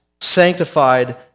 sanctified